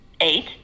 eight